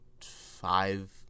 five